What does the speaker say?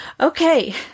Okay